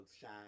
shine